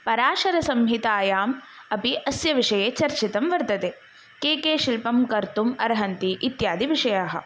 पराशरसंहितायाम् अपि अस्य विषये चर्चितं वर्तते के के शिल्पं कर्तुम् अर्हन्ति इत्यादिविषयाः